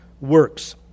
works